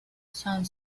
san